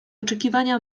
oczekiwania